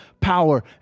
Power